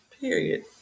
Period